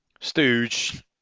stooge